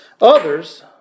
Others